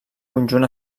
conjunt